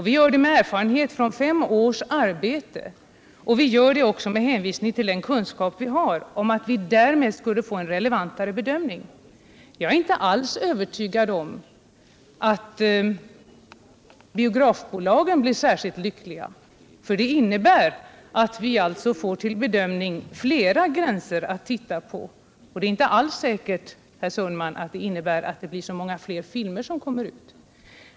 Vi gör det med erfarenhet från fem års arbete och med hänvisning till den kunskap vi har om att vi därmed skulle få en mer relevant bedömning. Jag är inte alls övertygad om att biografbolagen blir särskilt lyckliga över det här beslutet, det innebär att vi får fler gränser att ta ställning till och det är inte alls säkert, Per Olof Sundman, att det blir så många fler filmer som kommer ut.